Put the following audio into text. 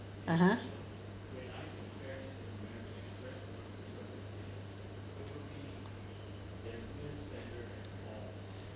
(uh huh)